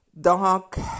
dog